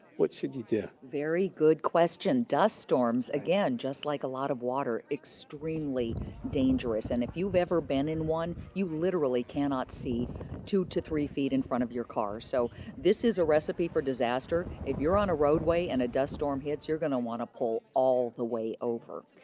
what should you do? very good question. dust storms, again, just like a lot of water, extremely dangerous. and if you've ever been in one, you literally cannot see two to three feet in front of your car. so this is a recipe for disaster. if you're on a roadway and a dust storm hits, you're going to want to pull all the way over.